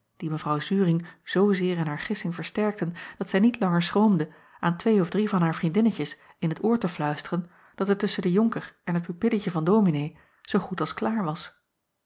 die w uring zoozeer in haar gissing versterkten dat zij niet langer schroomde aan twee of drie van haar vriendinnetjes in t oor te fluisteren dat het tusschen den onker en het pupilletje van ominee zoo goed acob van ennep laasje evenster delen als klaar was